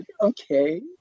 okay